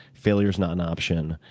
failure is not an option,